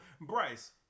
Bryce